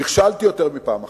נכשלתי יותר מפעם אחת,